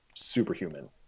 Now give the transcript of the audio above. superhuman